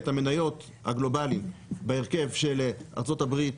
המניות הגלובליות בהרכב של ארצות הברית,